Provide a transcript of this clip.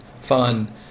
fun